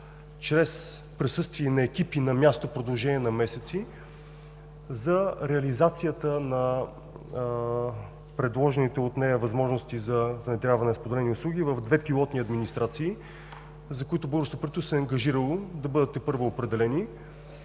чрез присъствие и на екипи на място в продължение на месеци за реализацията на предложените от нея възможности за внедряване на споделени услуги в две пилотни администрации, за които българското правителство се е ангажирало, да бъдат тепърва определени